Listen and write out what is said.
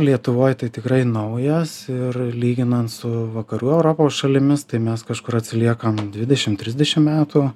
lietuvoj tai tikrai naujas ir lyginant su vakarų europos šalimis tai mes kažkur atsiliekam dvidešim trisdešim metų